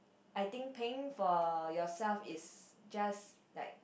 I think pink for yourself is just like